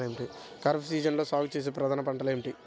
ఖరీఫ్ సీజన్లో సాగుచేసే ప్రధాన పంటలు ఏమిటీ?